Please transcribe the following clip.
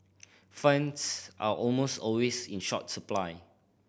funds are almost always in short supply